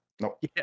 Nope